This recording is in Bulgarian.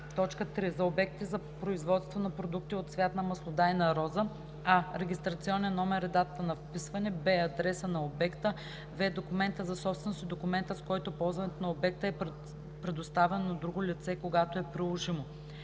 и 6; 3. за обектите за производство на продукти от цвят на маслодайна роза: а) регистрационния номер и датата на вписване; б) адреса на обекта; в) документа за собственост и документа, с който ползването на обекта е предоставено на друго лице – когато е приложимо;